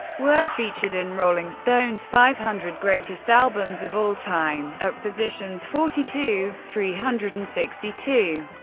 were featured in rolling stone's five hundred greatest albums of all time, at positions forty two, three hundred and sixty two,